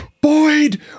Boyd